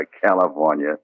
California